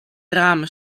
ramen